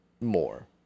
more